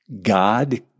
God